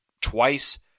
twice